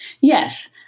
Yes